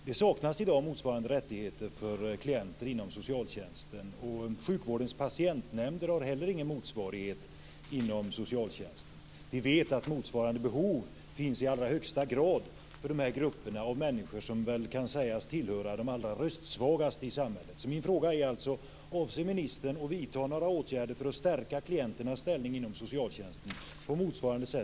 Det saknas i dag motsvarande rättigheter för klienter inom socialtjänsten. Sjukvårdens patientnämnder har heller ingen motsvarighet inom socialtjänsten. Vi vet att motsvarande behov finns i allra högsta grad för dessa grupper av människor, som väl kan sägas tillhöra de allra röstsvagaste i samhället.